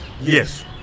Yes